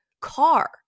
car